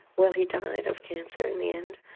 well he died of cancer in the end,